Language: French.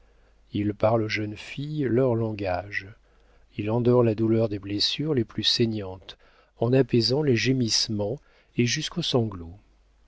il parle aux jeunes filles leur langage il endort la douleur des blessures les plus saignantes en apaisant les gémissements et jusqu'aux sanglots